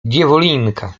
dziewulinka